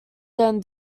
then